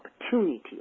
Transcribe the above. opportunity